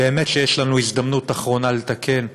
באמת שיש לנו הזדמנות אחרונה לתקן,